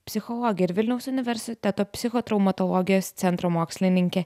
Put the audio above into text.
psichologė ir vilniaus universiteto psichotraumatologijos centro mokslininkė